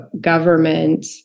government